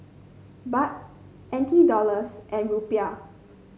Baht N T Dollars and Rupiah